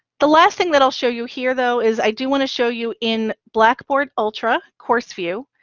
the last thing that i'll show you here, though, is i do want to show you, in blackboard ultra coarse view,